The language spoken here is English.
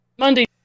Monday